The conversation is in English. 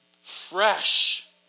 fresh